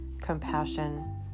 compassion